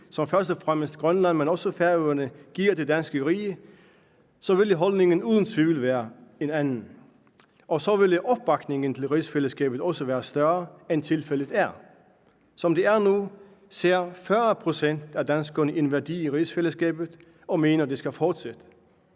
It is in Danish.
som først og fremmest Grønland, men også Færøerne giver det danske rige, så ville holdningen uden tvivl være en anden. Så ville opbakningen til rigsfællesskabet også være større, end tilfældet er. Som det er nu, ser 40 pct. af danskerne en værdi i rigsfællesskabet og mener, at det skal fortsætte.